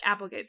Applegates